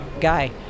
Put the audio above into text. guy